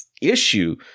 issue